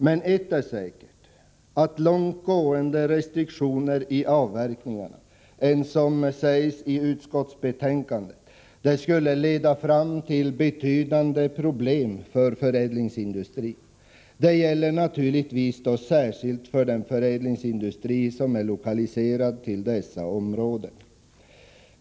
Men ett är säkert, att långt gående restriktioner i avverkningarna mer än vad som sägs i utskottsbetänkandet skulle leda till betydande problem för förädlingsindustrin. Det gäller naturligtvis särskilt för den förädlingsindustri som är lokaliserad till dessa områden.